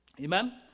Amen